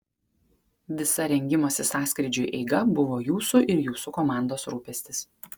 visa rengimosi sąskrydžiui eiga buvo jūsų ir jūsų komandos rūpestis